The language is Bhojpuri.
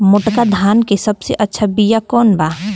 मोटका धान के सबसे अच्छा बिया कवन बा?